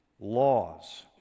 laws